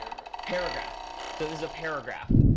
paragraph so this is a paragraph.